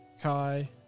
Kai